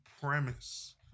premise